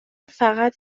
فقط